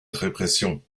répression